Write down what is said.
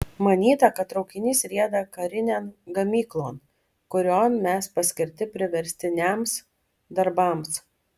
manyta kad traukinys rieda karinėn gamyklon kurion mes paskirti priverstiniams darbams